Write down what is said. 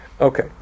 Okay